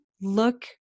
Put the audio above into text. look